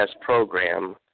program